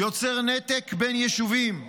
יוצר נתק בין יישובים.